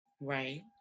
Right